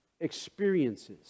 experiences